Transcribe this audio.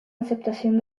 aceptación